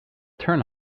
turn